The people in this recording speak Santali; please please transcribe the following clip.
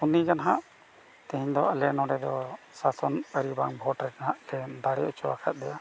ᱩᱱᱤᱜᱮ ᱱᱟᱜ ᱛᱮᱦᱮᱸᱧ ᱫᱚ ᱟᱞᱮ ᱱᱚᱰᱮ ᱫᱚ ᱥᱟᱥᱚᱱ ᱟᱹᱨᱤ ᱵᱟᱝ ᱵᱷᱳᱴ ᱨᱮᱱᱟᱜ ᱛᱮ ᱫᱟᱲᱮ ᱦᱚᱪᱚ ᱟᱠᱟᱫᱮᱭᱟ